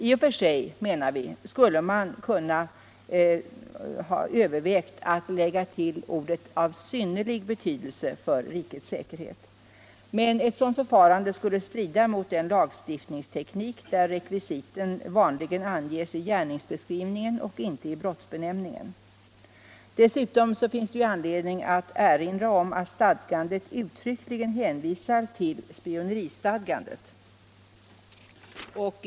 I och för sig skulle man kunna överväga skrivningen ”av synnerlig betydelse för rikets säkerhet”, men vi menar att ett sådant förfarande skulle strida mot den lagstiftningsteknik där rekvisiten vanligen anges i gärningsbeskrivningen och inte i brottsbenämningen. Dessutom finns det anledning erinra om att stadgandet uttryckligen hänvisar till spioneristadgandet.